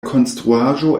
konstruaĵo